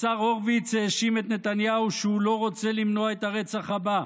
השר הורוביץ האשים את נתניהו שהוא לא רוצה למנוע את הרצח הבא,